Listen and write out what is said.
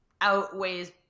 outweighs